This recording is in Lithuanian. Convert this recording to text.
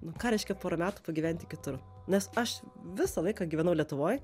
nu ką reiškia porą metų pagyventi kitur nes aš visą laiką gyvenau lietuvoj